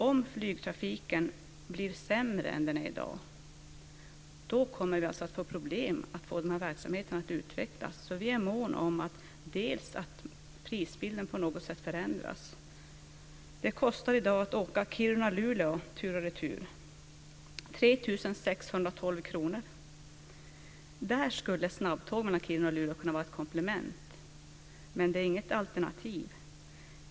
Om flygtrafiken blir sämre än den är i dag kommer vi att få problem med att få den här verksamheten att utvecklas, så vi är måna om att prisbilden på något sätt förändras. I dag kostar det 3 612 kr att åka Kiruna-Luleå tur och retur. Ett snabbtåg mellan Kiruna och Luleå skulle kunna vara ett komplement, men det är inget alternativ.